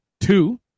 two